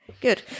good